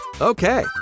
Okay